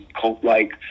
cult-like